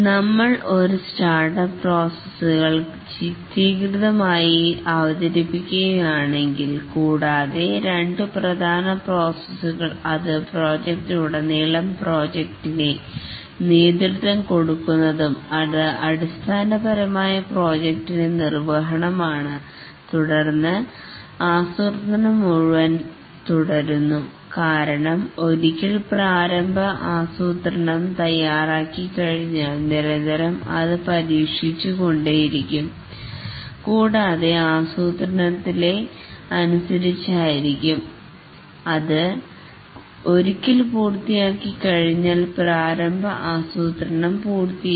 നമ്മൾ ഒരു സ്റ്റാർട്ടപ്പ് പ്രോസസ്സുകൾ ചിത്രീകൃതമായി അവതരിപ്പിക്കുകയാണെങ്കിൽ കൂടാതെ രണ്ടു പ്രധാന പ്രോസസ്സുകൾ അത് പ്രോജക്ട് ഉടനീളം പ്രോജക്ടിനിനെ നേതൃത്വം കൊടുക്കുന്നതും അത് അടിസ്ഥാനപരമായി പ്രോജക്റ്റിൻറെ നിർവഹണമാണ് തുടർന്ന് ആസൂത്രണം മുഴുവൻ തുടരുന്നു കാരണം ഒരിക്കൽ പ്രാരംഭ ആസൂത്രണം തയ്യാറായിക്കഴിഞ്ഞാൽ നിരന്തരം അത് പരിഷ്കരിച്ചു കൊണ്ടേയിരിക്കും കൂടാതെ ആസൂത്രണത്തിലെ അനുസരിച്ചായിരിക്കും അത് ഒരിക്കൽ പൂർത്തിയാക്കി കഴിഞ്ഞാൽ പ്രാരംഭ ആസൂത്രണം പൂർത്തിയായി